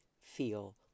feel